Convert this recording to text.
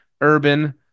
urban